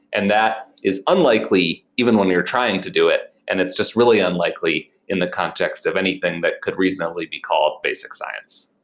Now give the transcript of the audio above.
and that is unlikely even when we are trying to do it, and it's just really unlikely in the context of anything that could reasonably be called basic science.